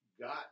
got